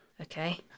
Okay